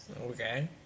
Okay